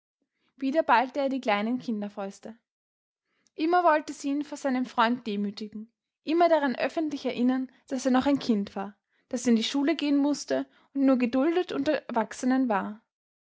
wieder ballte er die kleine kinderfaust immer wollte sie ihn vor seinem freund demütigen immer daran öffentlich erinnern daß er noch ein kind war daß er in die schule gehen mußte und nur geduldet unter erwachsenen war